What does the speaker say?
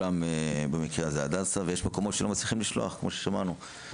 יש מקומות שלא מצליחים לשלוח, כמו ששמענו.